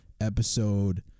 episode